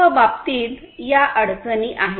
सर्व बाबतीत या अडचणी आहेत